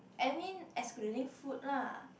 I mean excluding food lah